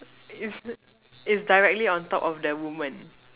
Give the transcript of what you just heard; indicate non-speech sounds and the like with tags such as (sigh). (laughs) is directly on top of the woman